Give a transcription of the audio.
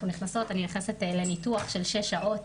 אני נכנסת לניתוח של שש שעות,